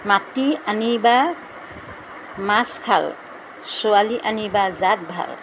মাটি আনিবা মাছ খাল ছোৱালী আনিবা জাত ভাল